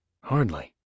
Hardly